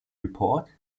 report